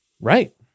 right